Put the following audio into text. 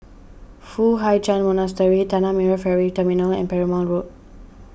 Foo Hai Ch'an Monastery Tanah Merah Ferry Terminal and Perumal Road